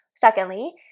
Secondly